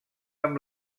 amb